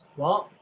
well,